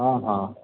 ହଁ ହଁ